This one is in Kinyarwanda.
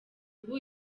ubu